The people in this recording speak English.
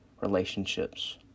relationships